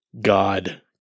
God